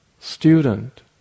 student